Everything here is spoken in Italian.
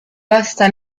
costa